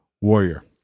warrior